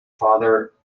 father